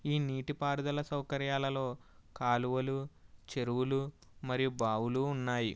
ఈ నీటిపారుదల సౌకర్యాలలో కాలువలు చెరువులు మరియు బావులు ఉన్నాయి